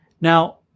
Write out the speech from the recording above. Now